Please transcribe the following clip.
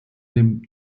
dem